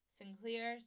Sinclair